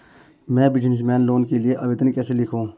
मैं business loan के लिए आवेदन कैसे लिखूँ?